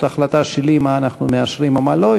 זאת החלטה שלי מה אנחנו מאשרים ומה לא.